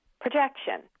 projection